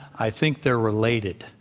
i think they're related.